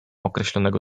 określonego